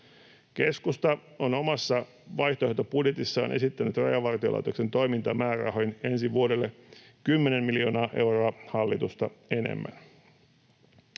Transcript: Keskusta on omassa vaihtoehtobudjetissaan esittänyt Rajavartiolaitoksen toimintamäärärahoihin ensi vuodelle 10 miljoonaa euroa hallitusta enemmän.